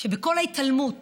שבכל ההתעלמות